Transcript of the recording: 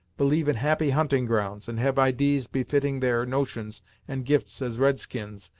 believe in happy hunting grounds, and have idees befitting their notions and gifts as red-skins,